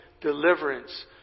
deliverance